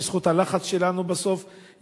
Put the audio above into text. בזכות הלחץ שלנו בסוף,